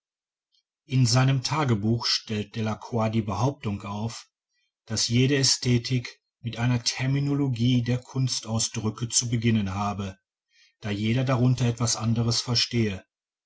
in seinem tagebuch stellt delacroix die behauptung auf daß jede ästhetik mit einer terminologie der kunstausdrücke zu beginnen habe da jeder darunter etwas anderes verstehe